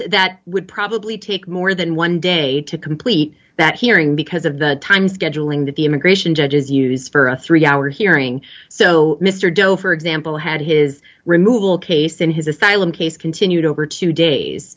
that would probably take more than one day to complete that hearing because of the time scheduling that the immigration judges used for a three hour hearing so mr doe for example had his removal case in his asylum case continued over two days